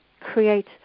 create